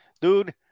Dude